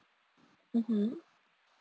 mmhmm